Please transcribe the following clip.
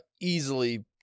easily